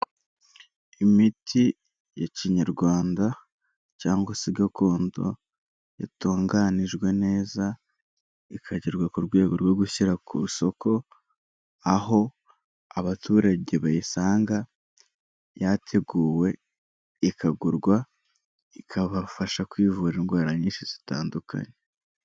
Imiti ya kinyarwanda cyangwa se gakondo yatunganijwe neza ikagerwa ku rwego rwo gushyira ku isoko, aho abaturage bayisanga yateguwe ikagurwa ikabafasha kwivura indwara nyinshi zitandukanye.